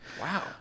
Wow